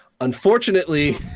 Unfortunately